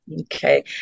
Okay